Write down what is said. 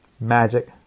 Magic